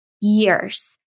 years